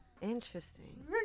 Interesting